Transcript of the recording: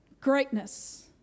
Greatness